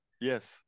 Yes